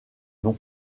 nom